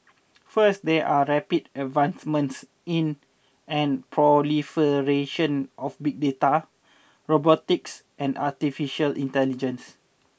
first there are rapid advancements in and proliferation of big data robotics and artificial intelligence